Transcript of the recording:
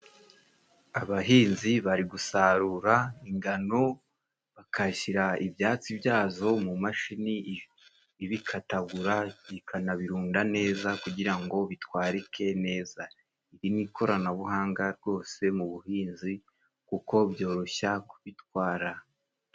Abahinzi bari gusarura ingano bakashyira ibyatsi byazo mu mashini ibikatagura bikanabirunda neza kugira ngo bitwarike neza. Iri ni ikoranabuhanga rwose mu buhinzi kuko byoroshya kubitwara.